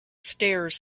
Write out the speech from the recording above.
stairs